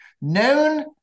known